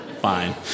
fine